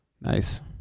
nice